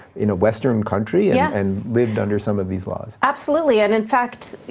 in a western country yeah and lived under some of these laws. absolutely, and, in fact,